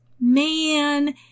man